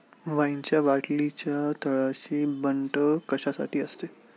वाईनच्या बाटलीच्या तळाशी बंट कशासाठी असते?